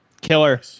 Killer